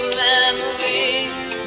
memories